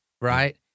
right